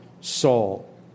Saul